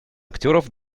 актеров